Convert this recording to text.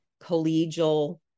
collegial